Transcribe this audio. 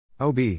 OB